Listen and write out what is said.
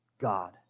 God